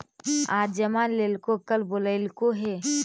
आज जमा लेलको कल बोलैलको हे?